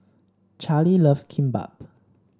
Charley loves Kimbap